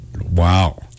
Wow